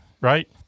right